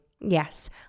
Yes